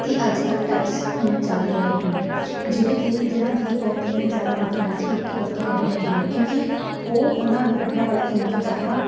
ਅਤੇ ਅੱਜ ਕੱਲ੍ਹ ਟੱਚਸ ਫੋਨ ਚੱਲ ਗਏ ਹਨ ਜਿਹੜੇ ਕਿ ਜਿਹਨਾਂ ਦੀ ਬਹੁਤ ਹੀ ਜ਼ਿਆਦਾ ਮਾਤਰਾ ਵਿੱਚ ਲੋਕ ਵਰਤੋਂ ਕਰ ਰਹੇ ਹਨ ਕਿਉਂਕਿ ਉਹ ਉਹਨਾਂ ਨੂੰ ਬਟਨਾਂ ਵਾਲੇ ਫੋਨ ਤੋਂ ਜ਼ਿਆਦਾ